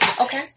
Okay